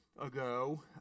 ago